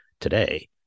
today